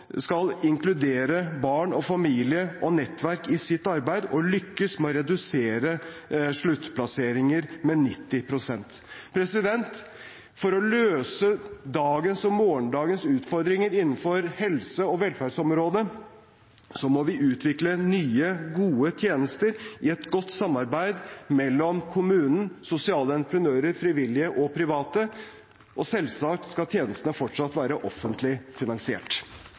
skal inkludere barnas familie og nettverk i sitt arbeid, og lykkes med å redusere akuttplasseringer med 90 pst. For å løse dagens og morgendagens utfordringer innenfor helse- og velferdsområdet må vi utvikle nye, gode tjenester i et godt samarbeid mellom kommunen, sosiale entreprenører, frivillige og private, og selvsagt skal tjenestene fortsatt være offentlig finansiert.